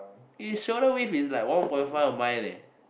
his shoulder width is like one point five of mine eh